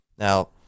Now